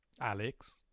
Alex